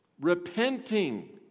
repenting